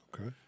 Okay